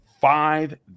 five